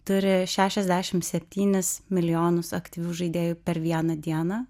turi šešiasdešim septynis milijonus aktyvių žaidėjų per vieną dieną